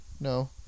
No